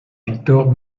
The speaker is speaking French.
victor